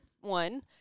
one